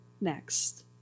next